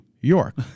York